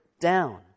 down